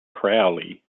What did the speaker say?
crowley